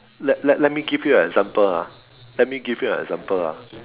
let let me give you an example ah let me give you an example ah